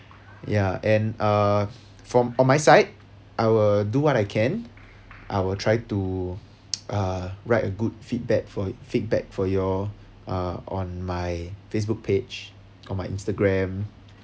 ya and uh from on my side I will do what I can I will try to uh write a good feedback for feedback for you all ah on my Facebook page on my Instagram